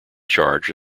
charge